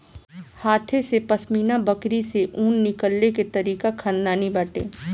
हाथे से पश्मीना बकरी से ऊन निकले के तरीका खानदानी बाटे